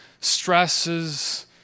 stresses